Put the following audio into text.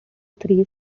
three